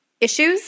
issues